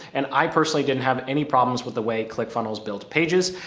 and i personally didn't have any problems with the way click funnels built pages.